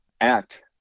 act